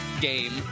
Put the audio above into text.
game